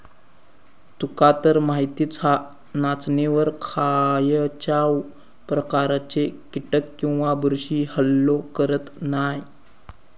तुकातर माहीतच हा, नाचणीवर खायच्याव प्रकारचे कीटक किंवा बुरशी हल्लो करत नाय